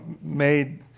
made